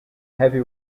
heavy